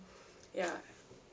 ya